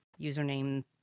username